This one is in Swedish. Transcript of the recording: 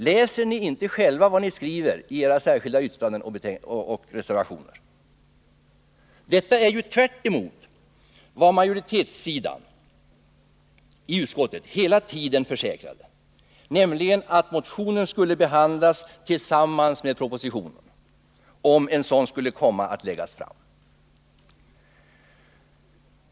Läser ni inte själva vad ni skriver i era särskilda yttranden och reservationer? Detta är ju tvärtemot vad majoritetssidan i utskottet hela tiden försäkrade, nämligen att motionen skulle behandlas tillsammans med propositionen, om en sådan skulle komma att läggas fram.